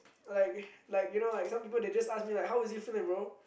like you know like some people just ask me like how is you feeling bro